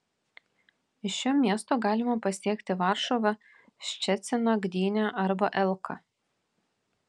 iš šio miesto galima pasiekti varšuvą ščeciną gdynę arba elką